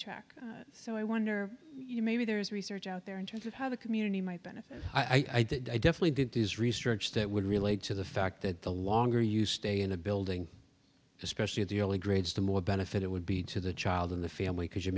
track so i wonder you maybe there is research out there in terms of how the community might benefit i did i definitely did this research that would relate to the fact that the longer you stay in a building especially at the early grades to more benefit it would be to the child in the family because you're